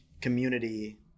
community